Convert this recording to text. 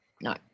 No